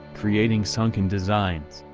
creating sunken designs.